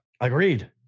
Agreed